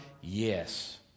Yes